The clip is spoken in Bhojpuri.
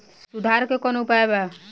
सुधार के कौनोउपाय वा?